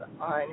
on